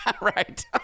Right